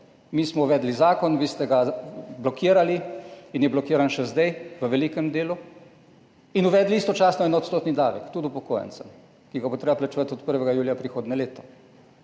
Mi smo uvedli zakon, vi ste ga blokirali – in je blokiran še zdaj v velikem delu – in uvedli istočasno enoodstotni davek tudi upokojencem, ki ga bo treba plačevati od 1. julija prihodnje leto.